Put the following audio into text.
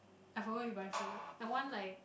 I follow you buy food I want like